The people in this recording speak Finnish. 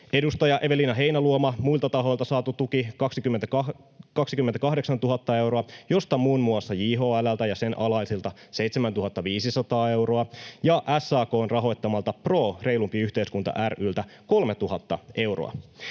Edustaja Eveliina Heinäluoma: muilta tahoilta saatu tuki 28 000 euroa, josta muun muassa JHL:ltä ja sen alaisilta 7 500 euroa ja SAK:n rahoittamalta Pro reilumpi yhteiskunta ry:ltä 3 000 euroa.